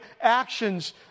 actions